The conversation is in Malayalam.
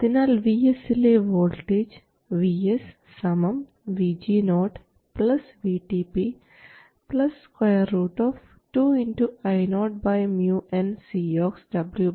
അതിനാൽ Vs ലെ voltage Vs VG0 VTP 2 2 Io µnCox W L